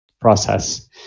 process